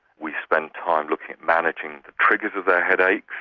we spend time looking at managing the triggers of their headaches,